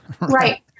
Right